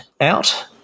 out